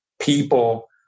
people